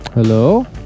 Hello